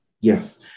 Yes